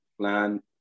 plan